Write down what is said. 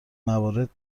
موارد